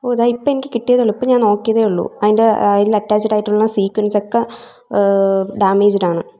ഓ ദാ ഇപ്പം എനിക്ക് കിട്ടിയതേയുള്ളൂ ഇപ്പം ഞാൻ നോക്കിയതേയുള്ളൂ അതിൻ്റെ ഇതിൽ അറ്റാച്ച്ഡ് ആയിട്ടുള്ള സീക്വൻസ് ഒക്കെ ഡാമേജ്ട് ആണ്